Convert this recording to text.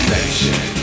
Nation